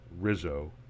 Rizzo